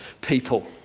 people